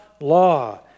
law